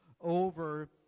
over